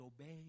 obey